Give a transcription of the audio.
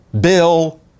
Bill